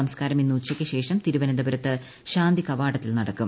സംസ്കാരം ഇന്ന് ഉച്ചയ്ക്കുശേഷം തിരുവനന്തപുരത്ത് ശാന്തികവാടത്തിൽ നടക്കും